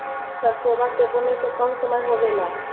सरसोबा के बुने के कौन समय होबे ला?